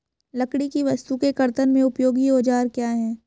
लकड़ी की वस्तु के कर्तन में उपयोगी औजार क्या हैं?